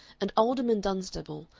and alderman dunstable,